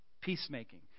peacemaking